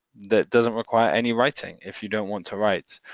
that doesn't require any writing if you don't want to write,